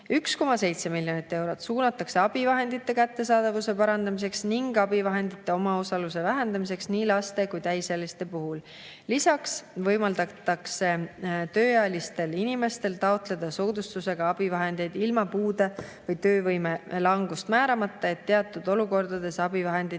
1,7 miljonit eurot suunatakse abivahendite kättesaadavuse parandamiseks ning abivahendite omaosaluse vähendamiseks nii laste kui ka täisealiste puhul. Lisaks võimaldatakse tööealistel inimestel taotleda soodustusega abivahendeid ilma puude või töövõime langust määramata, et teatud olukordades abivahenditeni